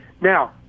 Now